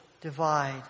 divide